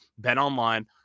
BetOnline